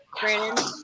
Brandon